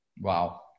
Wow